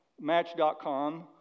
Match.com